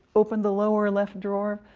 opened the lower left drawer,